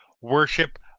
worship